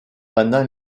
pendant